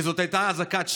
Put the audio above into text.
כי זו הייתה אזעקת שווא,